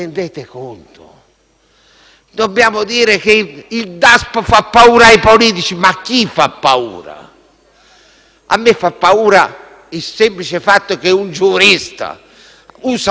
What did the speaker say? Dobbiamo sentire che il Daspo fa paura ai politici. A chi fa paura? A me fa paura il semplice fatto che un giurista usi la parola Daspo.